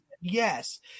Yes